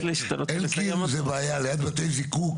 אלקין הוא בעיה ליד בתי זיקוק.